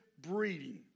breeding